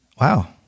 wow